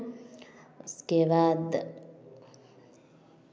उसके बाद